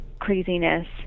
craziness